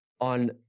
on